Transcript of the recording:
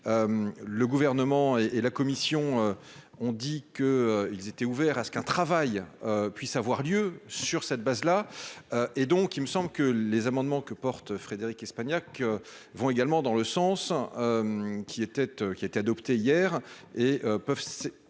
le gouvernement et et la Commission, on dit qu'il était ouvert à ce qu'un travail puisse avoir lieu sur cette base là et donc il me semble que les amendements que porte Frédérique Espagnac vont également dans le sens, hein, qui était, qui a été adopté hier et peuvent